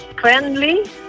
friendly